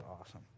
awesome